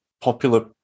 popular